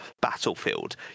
Battlefield